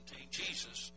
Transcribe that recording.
Jesus